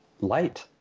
light